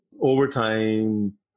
Overtime